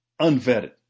unvetted